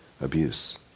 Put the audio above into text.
abuse